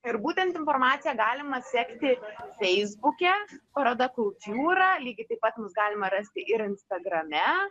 ir būtent informaciją galima sekti feisbuke paroda kultjūra lygiai taip pat mus galima rasti ir instagrame